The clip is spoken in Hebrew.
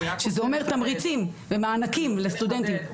שזה אומר תמריצים ומעניקים לסטודנטים.